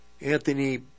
Anthony